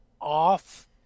off